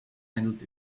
handled